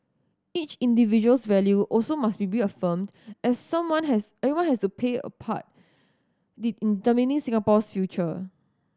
each individual's value also must be reaffirmed as someone has everyone has to pay a part the in determining Singapore's future